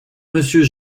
monsieur